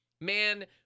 man